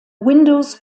windows